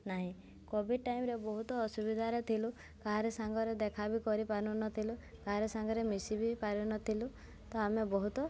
ନାହିଁ covid time ରେ ବହୁତ ଅସୁବିଧାରେ ଥିଲୁ କାହାରି ସାଙ୍ଗେରେ ଦେଖା ବି କରିପାରୁ ନଥିଲୁ କାହାରି ସାଙ୍ଗେରେ ମିଶି ବି ପାରୁନଥିଲୁ ତ ଆମେ ବହୁତ